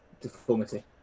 deformity